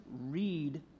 read